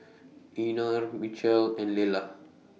Einar Mitchel and Lella